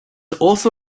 also